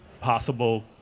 possible